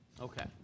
Okay